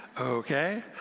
Okay